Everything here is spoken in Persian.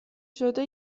شده